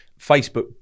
Facebook